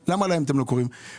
אז למה להן אתם לא קוראים עיר מעורבת?